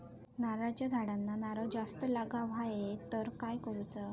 नारळाच्या झाडांना नारळ जास्त लागा व्हाये तर काय करूचा?